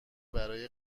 برای